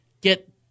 get